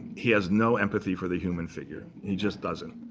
he has no empathy for the human figure. he just doesn't.